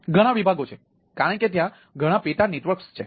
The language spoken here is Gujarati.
તેથી ઘણા વિભાગો છે કારણ કે ત્યાં ઘણા પેટા નેટવર્ક્સ છે